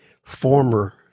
former